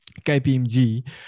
KPMG